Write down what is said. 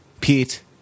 Pete